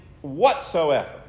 whatsoever